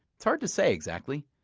it's hard to say exactly.